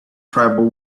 tribal